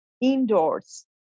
indoors